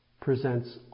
presents